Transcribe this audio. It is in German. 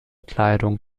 kleidung